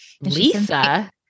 Lisa